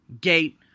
gate